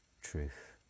truth